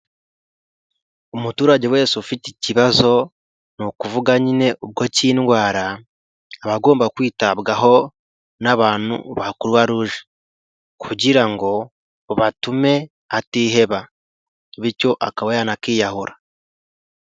Umuturage wese ufite ikibazo, ni ukuvuga nyine ubwo cy'indwara abagomba kwitabwaho n'abantu ba Kuruwaruje kugira ngo batume atiheba, bityo akaba yanakwiyahura.